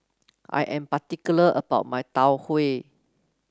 I am particular about my Tau Huay